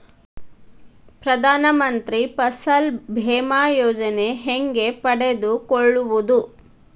ಪ್ರಧಾನ ಮಂತ್ರಿ ಫಸಲ್ ಭೇಮಾ ಯೋಜನೆ ಹೆಂಗೆ ಪಡೆದುಕೊಳ್ಳುವುದು?